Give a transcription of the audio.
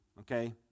okay